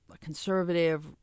conservative